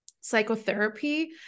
psychotherapy